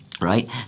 right